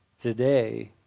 today